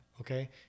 Okay